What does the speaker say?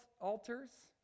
altars